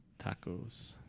tacos